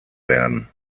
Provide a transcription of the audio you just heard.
werden